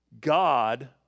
God